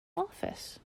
office